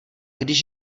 když